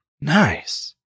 Nice